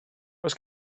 oes